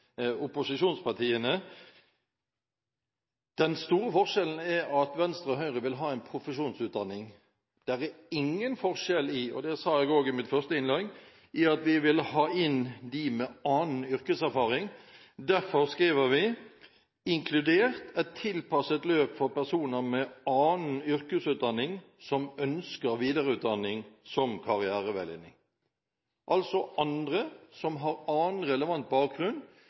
opposisjonspartiene. Den store forskjellen er at Venstre og Høyre vil ha en profesjonsutdanning. Det er ingen forskjell, og det sa jeg også i mitt første innlegg, i at vi vil ha inn dem med annen yrkeserfaring. Derfor skriver vi: inkludert et tilpasset løp for personer med annen yrkesutdanning som ønsker videreutdanning som karriereveiledning». Altså andre som har annen relevant bakgrunn,